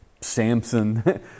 Samson